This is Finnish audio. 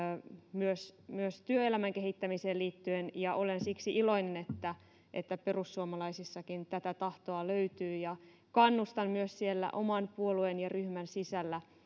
myös myös työelämän kehittämiseen liittyen siksi olen iloinen että että perussuomalaisissakin tätä tahtoa löytyy ja kannustan myös siellä oman puolueen ja ryhmän sisällä